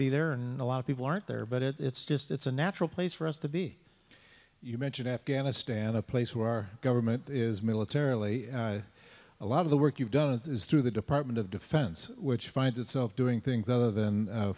be there and a lot of people aren't there but it's just it's a natural place for us to be you mention afghanistan a place where our government is militarily a lot of the work you've done through the department of defense which finds itself doing things other than